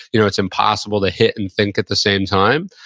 you know it's impossible to hit and think at the same time.